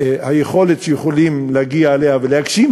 היכולת שאפשר להגיע אליה ולהגשים,